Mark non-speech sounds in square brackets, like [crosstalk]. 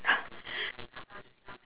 [laughs]